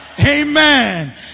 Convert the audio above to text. Amen